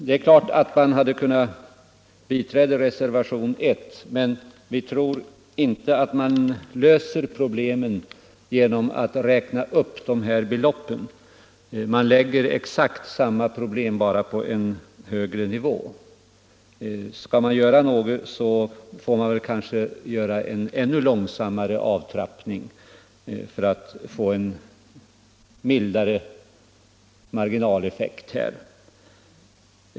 Det är klart att vi hade kunnat biträda reservationen 1, men vi tror inte att man löser problemen genom att räkna upp de här beloppen; man lägger bara exakt samma problem på en högre nivå. Skall man göra något bör man kanske åstadkomma en ännu långsammare avtrappning för att få en mildare marginaleffekt.